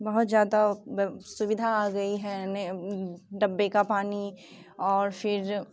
बहुत ज़्यादा सुविधा आ गई है डब्बे का पानी और फिर